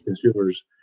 consumers